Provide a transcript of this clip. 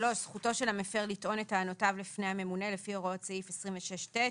זכותו של הפר לטעון את טענותיו לפני הממונה לפי הוראות סעיף 26ט,